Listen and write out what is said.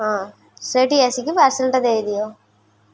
ହଁ ସେଇଠିକି ଆସିକି ପାର୍ସେଲ୍ଟା ଦେଇ ଦିଅ